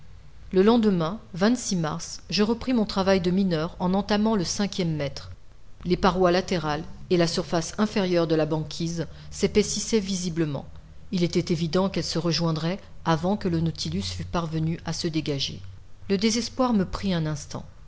le lendemain mars je repris mon travail de mineur en entamant le cinquième mètre les parois latérales et la surface inférieure de la banquise s'épaississaient visiblement il était évident qu'elles se rejoindraient avant que le nautilus fût parvenu à se dégager le désespoir me prit un instant